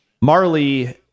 Marley